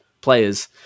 players